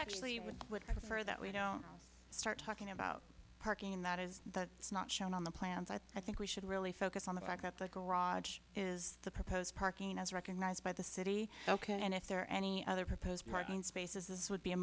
actually would prefer that we don't start talking about parking that is that it's not shown on the plans i i think we should really focus on the fact that the garage is the proposed parking as recognized by the city ok and if there are any other proposed parking spaces this would be a